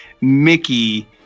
Mickey